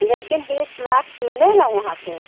लेकिन बीस लाख मिलेगा यहाँ पर